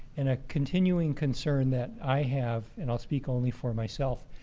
and a continuing concern that i have, and i'll speak only for myself,